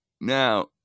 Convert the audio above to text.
Now